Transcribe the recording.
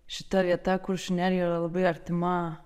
šita vieta kuršių nerija yra labai artima